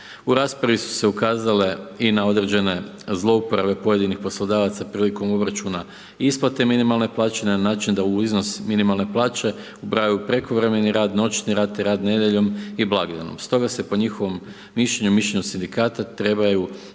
U raspravi su se ukazale i na određene zlouporabe pojedinih poslodavaca prilikom obračuna isplate minimalne plaće na način da u iznos minimalne plaće ubrajaju prekovremeni rad, noćni rad te rad nedjeljom i blagdanom. Stoga se po njihovom mišljenju, mišljenju sindikata trebaju